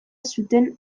zuten